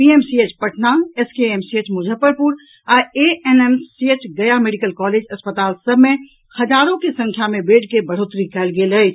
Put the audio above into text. PMCH Patna SKMCH Muzaffarpur आ ANMCH Gaya medical college अस्पताल सभ मे हजारो के संख्या मे बेड के बढ़ोत्तरी कयल जा रहल अछि